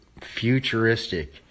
futuristic